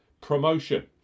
promotion